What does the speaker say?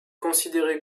considérée